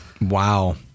Wow